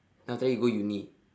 then after that you go uni